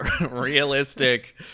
realistic